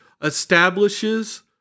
establishes